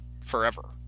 forever